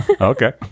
Okay